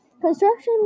Construction